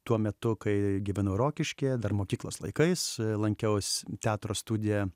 tuo metu kai gyvenau rokiškyje dar mokyklos laikais lankiaus teatro studiją